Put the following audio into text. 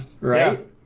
right